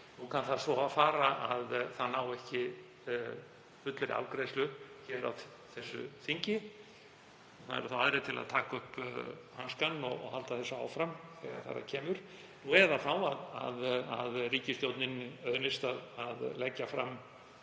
Nú kann svo að fara að það nái ekki fullri afgreiðslu á þessu þingi. Þá eru aðrir til að taka upp hanskann og halda þessu áfram þegar þar að kemur eða þá að ríkisstjórninni auðnist að leggja fram